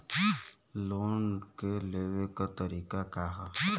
Loan के लेवे क तरीका का ह?